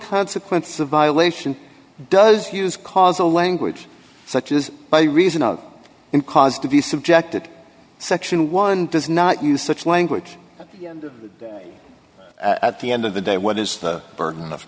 consequences of violation does use causal language such as by reason of in cause to be subjected section one does not use such language at the end of the day what is the burden of